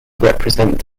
represent